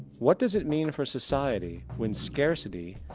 what does it mean for society when scarcity,